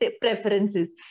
preferences